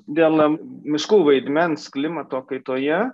vienam miškų vaidmens klimato kaitoje